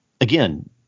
again